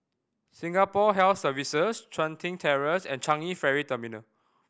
Singapore Health Services Chun Tin Terrace and Changi Ferry Terminal